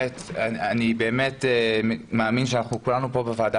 אני באמת מאמין שאנחנו כולנו כאן בוועדה